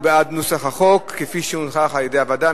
הוא בעד הנוסח שהונח על-ידי הוועדה,